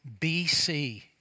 BC